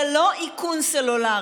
זה לא איכון סלולר,